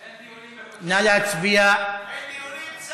אין דיונים, אין דיונים?